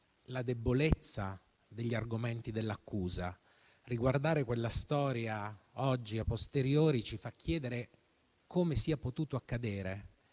la debolezza degli argomenti dell'accusa. Riguardare quella storia oggi, *a posteriori*, ci fa chiedere come sia potuto accadere;